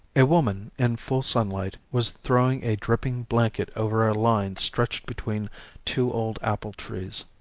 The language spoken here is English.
a woman, in full sunlight, was throwing a dripping blanket over a line stretched between two old apple-trees.